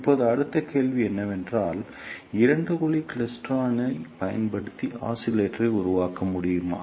இப்போது அடுத்த கேள்வி என்னவென்றால் இரண்டு குழி கிளைஸ்டிரானைப் பயன்படுத்தி ஆஸிலேட்டரை உருவாக்க முடியுமா